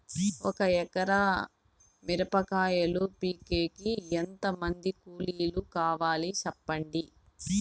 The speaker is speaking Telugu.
ఒక ఎకరా మిరప కాయలు పీకేకి ఎంత మంది కూలీలు కావాలి? సెప్పండి?